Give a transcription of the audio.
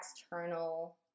external